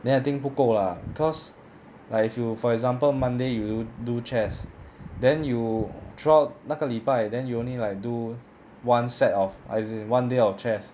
then I think 不够 lah cause like if you for example monday you do do chest then you throughout 那个礼拜 then you only like do one set of as in one day of chest